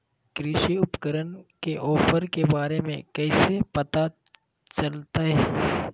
कृषि उपकरण के ऑफर के बारे में कैसे पता चलतय?